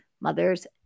Mothers